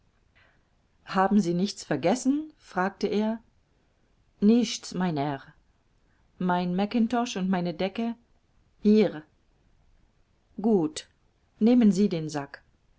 haben sie nichts vergessen fragte er nichts mein herr mein makintosh und meine decke hier gut nehmen sie den sack